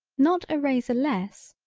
not a razor less,